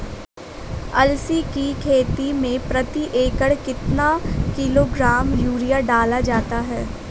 अलसी की खेती में प्रति एकड़ कितना किलोग्राम यूरिया डाला जाता है?